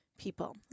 People